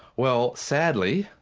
well sadly,